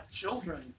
children